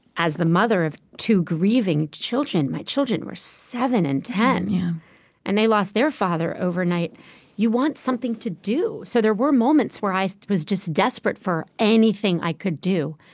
as the mother of two grieving children my children were seven and ten yeah and they lost their father overnight you want something to do. so there were moments where i was just desperate for anything i could do,